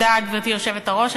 תודה, גברתי היושבת-ראש.